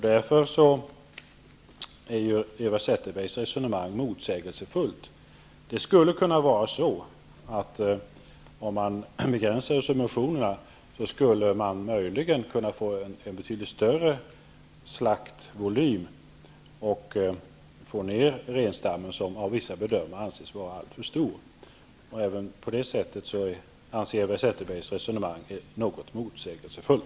Därför är Eva Zetterbergs resonemang motsägelsefullt. Det skulle kunna vara så, att om man begränsar subventionerna, skulle man möjligen få en betydligt större slaktvolym och få ner renstammen, som av vissa bedömare anses vara alltför stor. Även i detta avseende anser jag att Eva Zetterbergs resonemang är något motsägelsefullt.